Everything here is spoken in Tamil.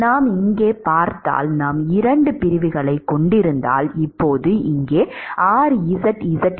நாம் இங்கே பார்த்தால் நாம் இரண்டு பிரிவுகளைக் கொண்டிருந்தால் இப்போது இங்கே Izz என்பது 2Izl